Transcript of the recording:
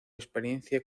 experiencia